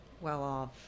well-off